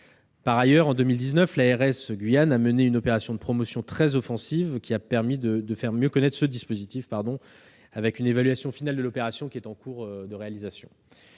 Guyane. En 2019, l'ARS de Guyane a mené une opération de promotion très offensive qui a permis de faire mieux connaître ce dispositif. L'évaluation finale de cette opération est en cours de réalisation.